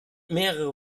mehrere